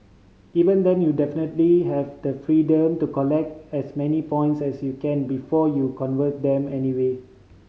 even then you definitely have the freedom to collect as many points as you can before you convert them anyway